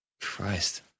Christ